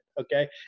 okay